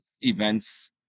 events